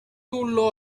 too